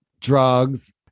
drugs